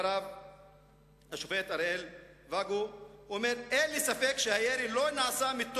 השופט אריאל ואגו אומר בדבריו: "אין לי